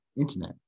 internet